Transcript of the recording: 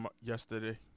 yesterday